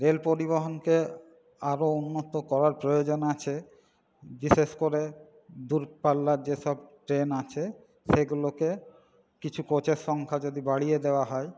rail পরিবহণকে আরও উন্নত করার প্রয়োজন আছে বিশেষ করে দূরপাল্লার যেসব ট্রেন আছে সেগুলোকে কিছু কোচের সংখ্যা যদি বাড়িয়ে দেওয়া হয়